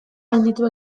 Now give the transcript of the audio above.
gainditu